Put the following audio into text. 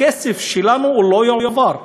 הכסף שלנו לא יועבר.